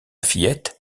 fillette